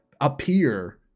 appear